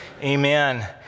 Amen